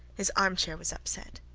his armchair was upset.